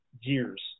years